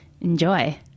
enjoy